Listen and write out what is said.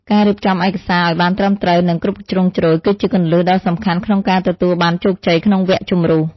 ការរៀបចំឯកសារឱ្យបានត្រឹមត្រូវនិងគ្រប់ជ្រុងជ្រោយគឺជាគន្លឹះដ៏សំខាន់ក្នុងការទទួលបានជោគជ័យក្នុងវគ្គជម្រុះ។